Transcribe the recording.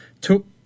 took